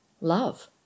love